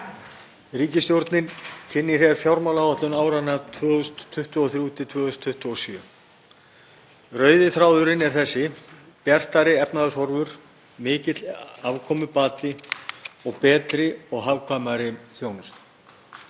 Ríkisstjórnin kynnir hér fjármálaáætlun áranna 2023–2027. Rauði þráðurinn er þessi: Bjartari efnahagshorfur, mikill afkomubati og betri og hagkvæmari þjónusta.